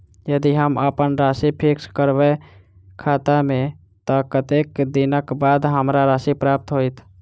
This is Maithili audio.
यदि हम अप्पन राशि फिक्स करबै खाता मे तऽ कत्तेक दिनक बाद हमरा राशि प्राप्त होइत?